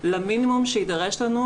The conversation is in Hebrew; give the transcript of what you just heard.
למינימום שיידרש לנו,